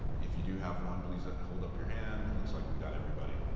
if you do have one, please hold up your hand. it looks like we got everybody.